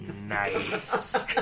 Nice